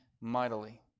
mightily